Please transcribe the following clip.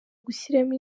gushyiramo